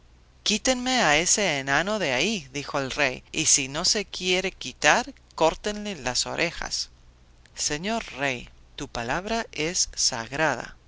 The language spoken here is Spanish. quítenme a ese enano de ahí dijo el rey y si no se quiere quitar córtenle las orejas señor rey tu palabra es sagrada